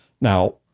Now